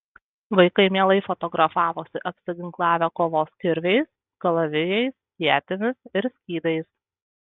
vaikai mielai fotografavosi apsiginklavę kovos kirviais kalavijais ietimis ir skydais